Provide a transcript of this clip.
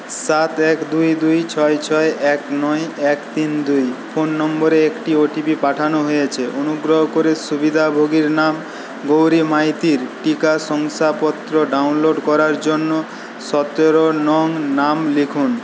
সাত এক দুই দুই ছয় ছয় এক নয় এক তিন দুই ফোন নম্বরে একটি ওটিপি পাঠানো হয়েছে অনুগ্রহ করে সুবিধাভোগীর নাম গৌরী মাইতির টিকা শংসাপত্র ডাউনলোড করার জন্য সতেরো নং নাম লিখুন